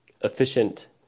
efficient